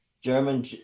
German